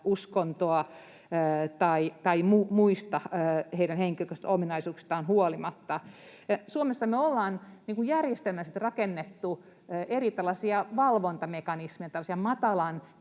uskonnostaan tai muista heidän henkilökohtaisista ominaisuuksistaan huolimatta. Suomessa me ollaan järjestelmällisesti rakennettu tällaisia eri valvontamekanismeja, tällaisia matalan